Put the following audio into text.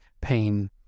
pain